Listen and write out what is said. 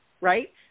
right